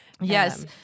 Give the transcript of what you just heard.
Yes